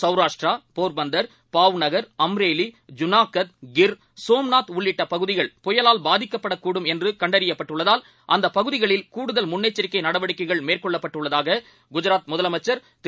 சவுராஷ்டிரா போர்பந்தர் பாவ்நகர் அம்ரேலி ஜுனாகத் கிர்சோம்நாத்உள்ளிட்டபகுதிகள்புயலால்பாதிக்கப்படும்என்றுகண்டறியப்பட்டுள்ளதால் அந்தபகுதிகளில்கூடுதல்முன்னெச்சரிக்கைநடவடிக்கைகள்மேற்கொள்ளப்பட்டுள்ளதாககு ஜராத்முதலமைச்சர்திரு